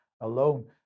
alone